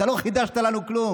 אתה לא חידשת לנו כלום.